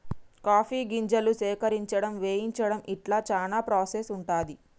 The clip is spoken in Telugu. కాఫీ గింజలు సేకరించడం వేయించడం ఇట్లా చానా ప్రాసెస్ ఉంటది